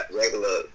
regular